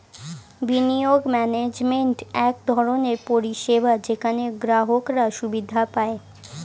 বিনিয়োগ ম্যানেজমেন্ট এক ধরনের পরিষেবা যেখানে গ্রাহকরা সুবিধা পায়